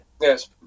Yes